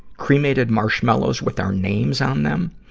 cremated marshmallows with our names on them?